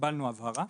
קיבלנו הבהרה,